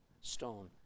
stone